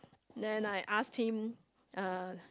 then I ask him uh